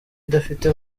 idafite